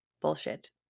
bullshit